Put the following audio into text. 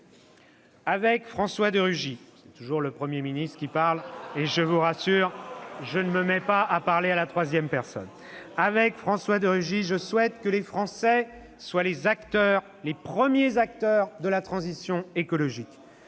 personne -« je souhaite que les Français soient les premiers acteurs de la transition écologique.